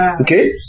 Okay